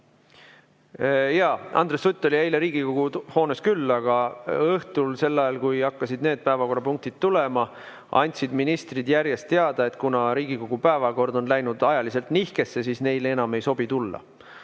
Jaa, Andres Sutt oli eile Riigikogu hoones küll, aga õhtul, sel ajal, kui hakkasid need päevakorrapunktid tulema, andsid ministrid järjest teada, et kuna Riigikogu päevakord on läinud ajaliselt nihkesse, siis neile enam ei sobi tulla.